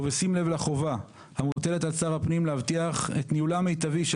ובשים לב לחובה המוטלת על שר הפנים להבטיח את ניהולה המיטבי של